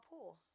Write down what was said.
pool